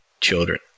children